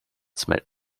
smelled